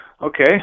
Okay